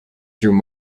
through